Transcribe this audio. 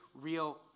real